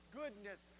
goodness